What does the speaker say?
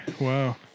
Wow